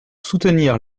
soutenir